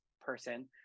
person